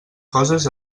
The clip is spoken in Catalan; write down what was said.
coses